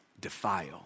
defile